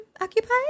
occupied